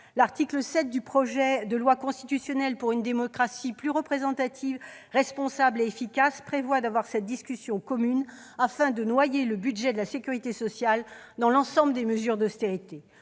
L'article 7 du projet de loi constitutionnelle pour une démocratie plus représentative, responsable et efficace prévoit cette discussion commune afin de noyer le budget de la sécurité sociale dans l'ensemble des mesures d'austérité.